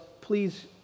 please